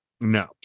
No